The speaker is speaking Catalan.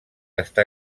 està